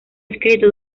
escrito